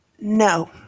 no